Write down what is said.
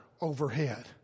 overhead